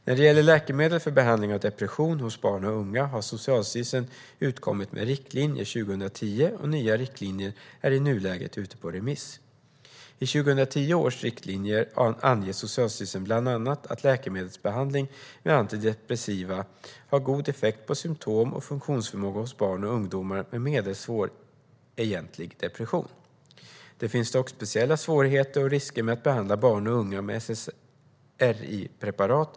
När det gäller läkemedel för behandling av depression hos barn och unga utkom Socialstyrelsen med riktlinjer 2010, och nya riktlinjer är i nuläget ute på remiss. I 2010 års riktlinjer anger Socialstyrelsen bland annat att läkemedelsbehandling med antidepressiva, SSRI, har god effekt på symtom och funktionsförmåga hos barn och ungdomar med medelsvår egentlig depression. Det finns dock speciella svårigheter och risker med att behandla barn och unga med SSRI-preparat.